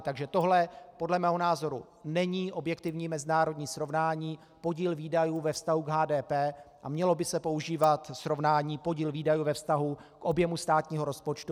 Takže tohle podle mého názoru není objektivní mezinárodní srovnání, podíl výdajů ve vztahu k HDP, a mělo by se používat srovnání podíl výdajů ve vztahu k objemu státního rozpočtu.